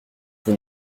vous